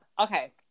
Okay